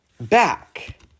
back